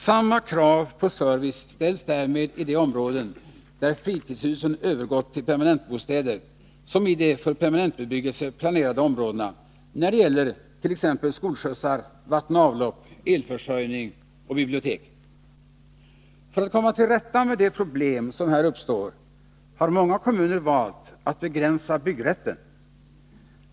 Samma krav på service ställs därmed i de områden där fritidshusen övergått till permanentbostäder som i för permanentbebyggelse planerade områdena när det gäller t.ex. skolskjutsar, vatten och avlopp, elförsörjning och bibliotek. För att komma till rätta med de problem som här uppstår har många kommuner valt att begränsa byggrätten.